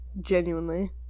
Genuinely